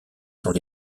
sont